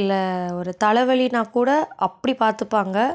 இல்லை ஒரு தலைவலினாக்கூட அப்படி பார்த்துப்பாங்க